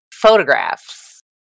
photographs